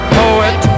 poet